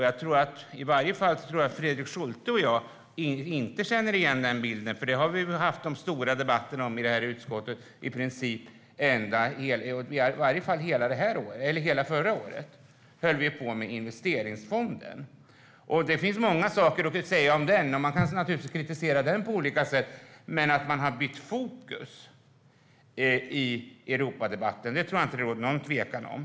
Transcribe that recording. Jag tror att i varje fall Fredrik Schulte och jag inte känner igen den bilden, för det har vi haft stora debatter om i utskottet under i alla fall hela förra året, då vi höll på med investeringsfonden. Det finns många saker att säga om den, och man kan naturligtvis kritisera den på olika sätt. Men att man har bytt fokus i Europadebatten tror jag inte att det råder någon tvekan om.